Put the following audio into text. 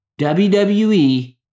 WWE